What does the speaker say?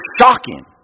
shocking